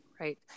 Right